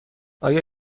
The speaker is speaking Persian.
آیا